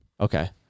Okay